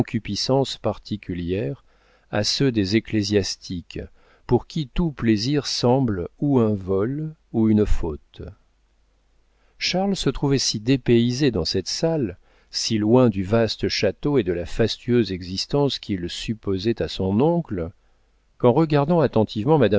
particulière à ceux des ecclésiastiques pour qui tout plaisir semble ou un vol ou une faute charles se trouvait si dépaysé dans cette salle si loin du vaste château et de la fastueuse existence qu'il supposait à son oncle qu'en regardant attentivement